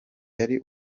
yari